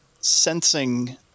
sensing